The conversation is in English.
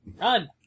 Run